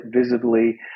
visibly